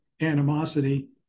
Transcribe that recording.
animosity